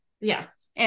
Yes